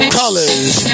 colors